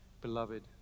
beloved